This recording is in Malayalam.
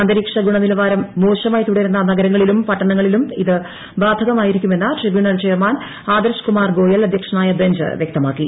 അന്തരീക്ഷ ഗുണനിലവാരം മോശമായി തുടരുന്ന നഗരങ്ങളിലും പട്ടണങ്ങളിലും ഇത് ബാധകമായിരിക്കും എന്ന് ട്രിബ്യൂണൽ ചെയർമാൻ ആദർശ് കുമാർ ഗോയൽ അധൃക്ഷനായ ബെഞ്ച് വൃക്തമാക്കി